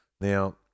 Now